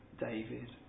David